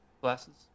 glasses